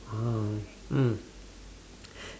oh mm